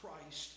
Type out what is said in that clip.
Christ